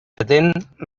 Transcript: atent